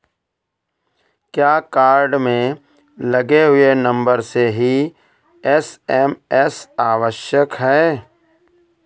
क्या कार्ड में लगे हुए नंबर से ही एस.एम.एस आवश्यक है?